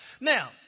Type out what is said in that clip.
Now